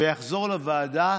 וזה יחזור לוועדה,